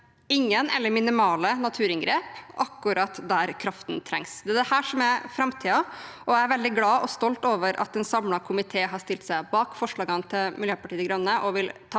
ingen eller minimale naturinngrep, akkurat der kraften trengs. Det er dette som er framtiden. Jeg er veldig glad og stolt over at en samlet komité har stilt seg bak forslagene til Miljøpartiet De Grønne,